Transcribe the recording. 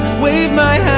wave my